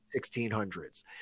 1600s